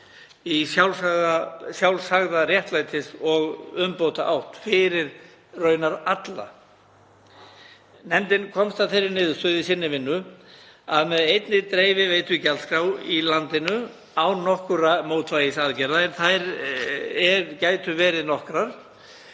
í sjálfsagða réttlætis- og umbótaátt fyrir raunar alla. Nefndin komst að þeirri niðurstöðu í vinnu sinni að með einni dreifiveitugjaldskrá í landinu, án nokkurra mótvægisaðgerða en þær gætu verið nokkrar,